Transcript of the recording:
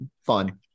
fun